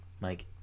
Mike